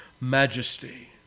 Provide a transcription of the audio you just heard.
majesty